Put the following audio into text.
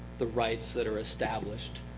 the rights that are established.